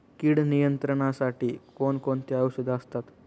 कीड नियंत्रणासाठी कोण कोणती औषधे असतात?